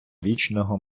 вічного